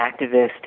activist